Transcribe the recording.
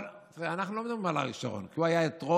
אנחנו לא מדברים על אריק שרון, כי הוא היה אתרוג.